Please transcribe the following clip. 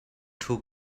ṭhu